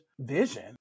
vision